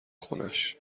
خونش